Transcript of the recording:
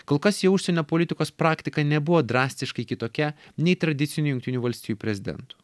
kol kas jo užsienio politikos praktika nebuvo drastiškai kitokia nei tradicinių jungtinių valstijų prezidentų